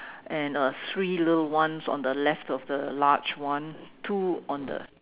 and uh three little ones on the left of the large one two on the